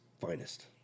finest